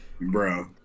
bro